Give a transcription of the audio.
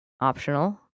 optional